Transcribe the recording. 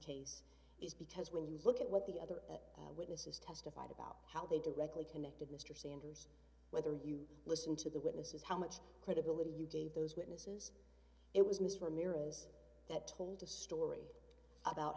case is because when you look at what the other witnesses testify about how they directly connected mr sanders whether you listen to the witnesses how much credibility you gave those witnesses it was mr ramirez that told a story about